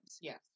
Yes